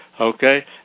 Okay